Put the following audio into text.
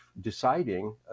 deciding